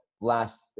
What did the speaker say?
last